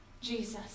Jesus